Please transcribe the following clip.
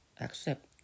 accept